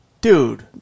Dude